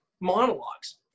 monologues